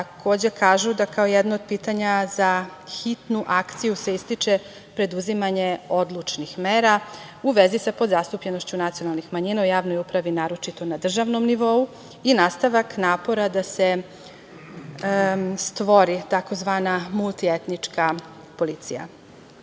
takođe kažu da kao jedno od pitanja za hitnu akciju se ističe preduzimanje odlučnih mera u vezi sa pozastupljenošću nacionalnih manjina u javnoj upravi naročito na državnom nivou i nastavak napora da se stvori tzv. multietnička policija. Ako